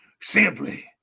Simply